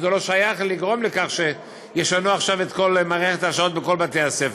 וזה לא נכון לגרום לכך שישנו עכשיו את כל מערכת השעות בכל בתי-הספר.